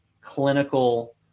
clinical